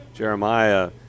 Jeremiah